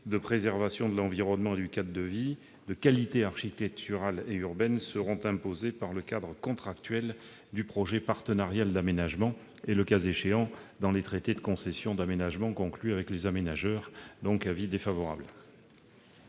de préservation de l'environnement et du cadre de vie et de qualité architecturale et urbaine dans le cadre contractuel du projet partenarial d'aménagement et, le cas échéant, des traités de concession d'aménagement conclus avec les aménageurs. Le Gouvernement